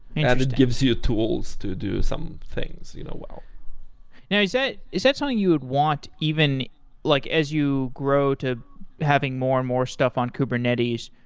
yeah that gives you tools to do some things you know well yeah is that is that something you would want even like as you grow to having more and more stuff on kubernetes.